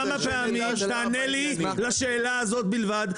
תענה לי על השאלה הזאת בלבד,